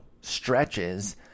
stretches